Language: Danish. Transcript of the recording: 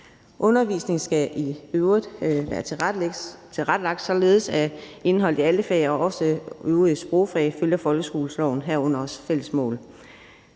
Undervisningen skal i øvrigt være tilrettelagt således, at indholdet i alle fag, også øvrige sprogfag, følger folkeskoleloven, herunder Fælles Mål.